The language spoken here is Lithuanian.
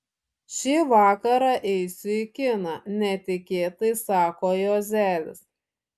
šį vakarą eisiu į kiną netikėtai sako juozelis